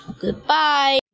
Goodbye